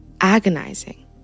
agonizing